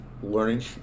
Learning